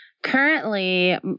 Currently